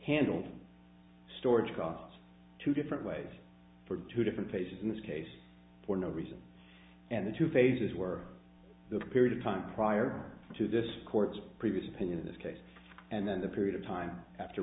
handled storage costs two different ways for two different cases in this case for no reason and the two phases were the period of time prior to this court's previous opinion in this case and then the period of time after